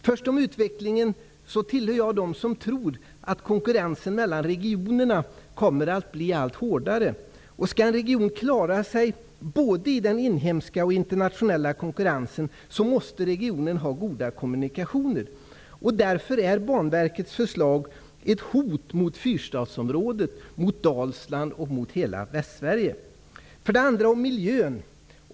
För det första är jag beträffande utvecklingen en av dem som tror att konkurrensen mellan regionerna blir allt hårdare. För att en region skall klara sig både i den inhemska och i den internationella konkurrensen måste regionen ha goda kommunikationer. Därför är Banverkets förslag ett hot mot Fyrstadsområdet, mot Dalsland och mot hela Västsverige. För det andra gäller det alltså miljön.